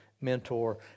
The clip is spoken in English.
mentor